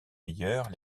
meilleures